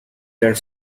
their